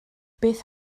beth